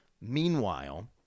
Meanwhile